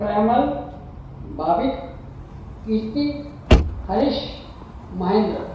Premal Bhavik Kirti Harish Mahendra